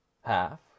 half